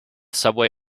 subway